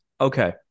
Okay